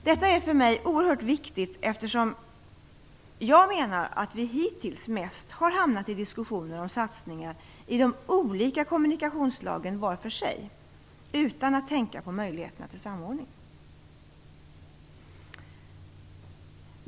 Detta är för mig oerhört viktigt, eftersom jag menar att vi hittills mest har hamnat i diskussioner om satsningar i de olika kommunikationsslagen var för sig utan att tänka på möjligheterna till samordning.